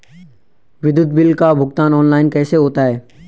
विद्युत बिल का भुगतान ऑनलाइन कैसे होता है?